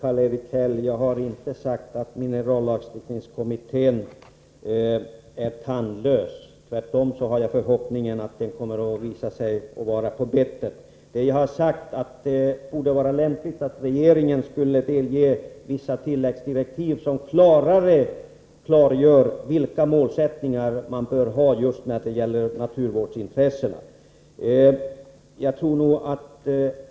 Herr talman! Jag har inte sagt, Karl-Erik Häll, att minerallagstiftningskommittén är tandlös. Tvärtom har jag förhoppningen att den kommer att vara på bettet. Jag har sagt att det torde vara lämpligt att regeringen ger vissa tilläggsdirektiv, som klarare fastslår vilka målsättningar man bör ha just när det gäller naturvårdsintressena.